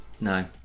No